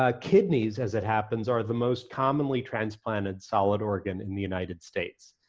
ah kidneys, as it happens, are the most commonly transplanted solid organ in the united states.